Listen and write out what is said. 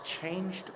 changed